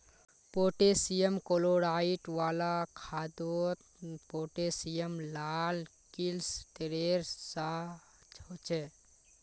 potassium chloride वाला खादोत potassium लाल क्लिस्तेरेर सा होछे